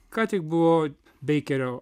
ką tik buvo beikerio